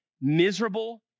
miserable